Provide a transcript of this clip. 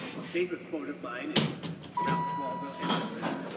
a favorite quote of mine is ralph waldo emerson,